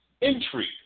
intrigue